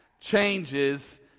changes